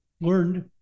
learned